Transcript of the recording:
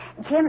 Jim